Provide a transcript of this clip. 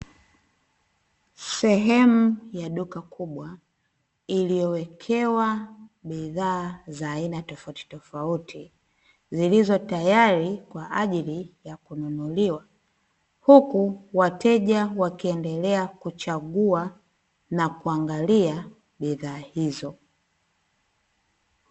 Sehemu ya duka kubwa iliyo wekewa bidhaa za aina tofauti tofauti, zilizotayari kwa ajili ya kununuliwa huku wateja wakiendelea kuchagua na kuangalia bidhaa hizo.